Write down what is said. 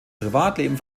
privatleben